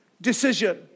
decision